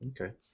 Okay